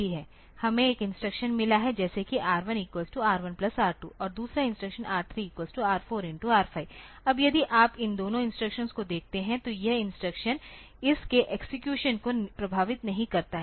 हमें एक इंस्ट्रक्शन मिला है जैसे कि R1 R1 R2 और दूसरा इंस्ट्रक्शन R3 R4 R5 अब यदि आप इन दोनों इंस्ट्रक्शंस को देखते हैं तो यह इंस्ट्रक्शन इस के एक्सेक्यूशन को प्रभावित नहीं करता है